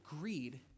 greed